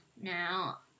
now